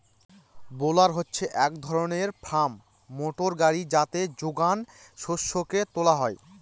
বেলার হচ্ছে এক ধরনের ফার্ম মোটর গাড়ি যাতে যোগান শস্যকে তোলা হয়